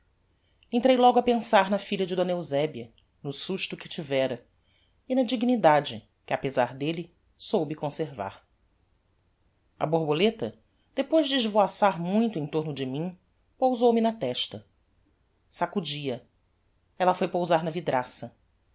entrei logo a pensar na filha de d eusebia no susto que tivera e na dignidade que apezar delle soube conservar a borboleta depois de esvoaçar muito em torno de mim pousou me na testa sacudi a ella foi pousar na vidraça